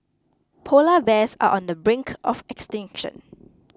Polar Bears are on the brink of extinction